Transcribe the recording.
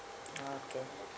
okay